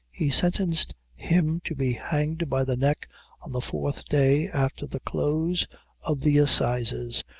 he sentenced him to be hanged by the neck on the fourth day after the close of the assizes,